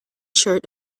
shirt